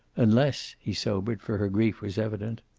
unless he sobered, for her grief was evident.